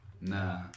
Nah